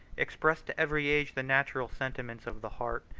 express to every age the natural sentiments of the heart,